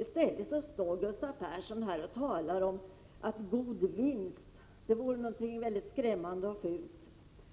I stället står Gustav Persson här och talar om god vinst som någonting väldigt skrämmande och fult.